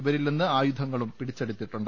ഇവരിൽ നിന്ന് ആയുധങ്ങളും പിടിച്ചെടുത്തിട്ടുണ്ട്